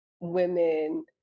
women